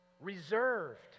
reserved